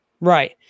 Right